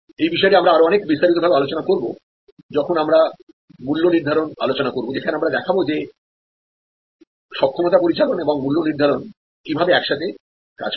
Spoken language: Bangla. এই বিষয়টি আমরা আরো অনেক বিস্তারিতভাবে আলোচনা করব যখন আমরা মূল্য নির্ধারণ আলোচনা করব যেখানে আমরা দেখবো যে সক্ষমতা পরিচালন এবং মূল্য নির্ধারণ কিভাবে একসাথে কাজ করে